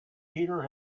peter